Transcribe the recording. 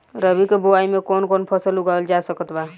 रबी के बोआई मे कौन कौन फसल उगावल जा सकत बा?